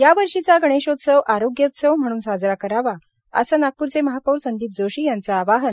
या वर्षीचा गणेशोत्सव आरोग्योत्सव म्हणून साजरा करावा असे नागप्रचे महापौर संदीप जोशी यांचं आवाहन